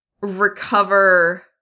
Recover